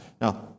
Now